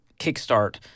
kickstart